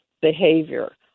behavior